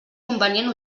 convenient